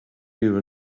you